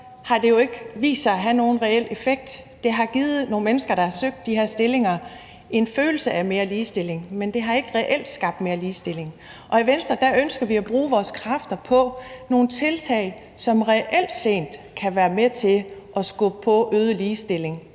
har det jo ikke vist sig at have nogen reel effekt. Det har givet nogle mennesker, der har søgt de her stillinger, en følelse af mere ligestilling, men det har ikke reelt skabt mere ligestilling. Og i Venstre ønsker vi at bruge vores kræfter på nogle tiltag, som reelt set kan være med til at skubbe på øget ligestilling